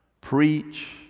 preach